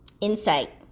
insight